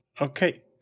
Okay